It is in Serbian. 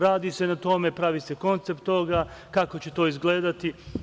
Radi se na tome, pravi se koncept toga, kako će to izgledati.